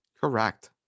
Correct